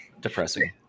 depressing